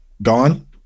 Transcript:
gone